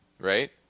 right